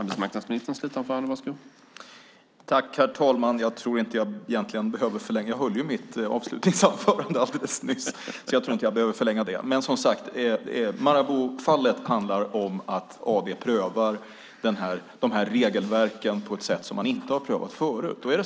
Herr talman! Jag behöver nog inte förlänga debatten. Jag höll ju mitt avslutningsanförande alldeles nyss. Maraboufallet handlar om att Arbetsdomstolen prövar de här regelverken på ett sätt som man inte har gjort förut.